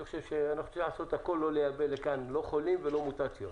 אני חושב שאנחנו צריכים לעשות הכל לא לייבא לכאן חולים ולא מוטציות,